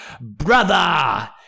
BROTHER-